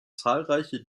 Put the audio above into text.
zahlreiche